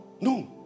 No